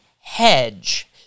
hedge